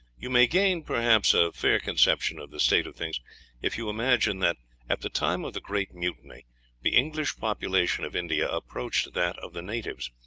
you may gain, perhaps, a fair conception of the state of things if you imagine that at the time of the great mutiny the english population of india approached that of the natives,